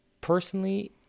personally